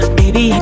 baby